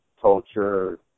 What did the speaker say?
culture